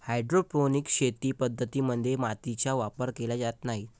hydroponic शेती पद्धतीं मध्ये मातीचा वापर केला जात नाही